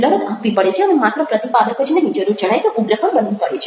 લડત આપવી પડે છે અને માત્ર પ્રતિપાદક જ નહિ જરૂર જણાય તો ઉગ્ર પણ બનવું પડે છે